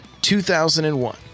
2001